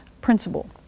principle